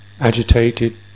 agitated